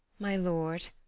my lord,